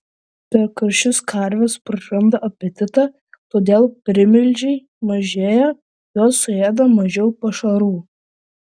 per karščius karvės praranda apetitą todėl primilžiai mažėja jos suėda mažiau pašarų